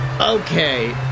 Okay